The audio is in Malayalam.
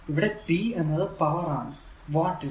ഇവിടെ p എന്നത് പവർ ആണ് വാട്ട് ൽ